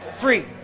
Free